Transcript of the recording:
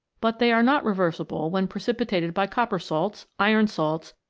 but they are not reversible when precipitated by copper salts, iron salts,